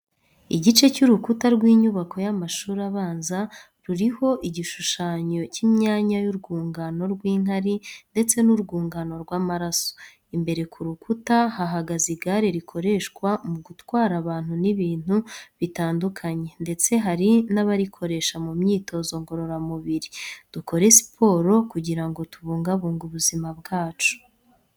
Igice cy’urukuta rw’inyubako y'amashuri abanza, ruriho igishushanyo cy’imyanya y’urwungano rw'inkari ndetse n'urwungano rw'amaraso. Imbere ku rukuta hahagaze igare rikoreshwa mu gutwara abantu n'ibintu bitandukanye ndetse hari n'abarikoresha mu myitozo ngororamubiri. Dukore siporo kugira ngo tubungabunge ubuzima bwacu.